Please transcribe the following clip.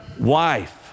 wife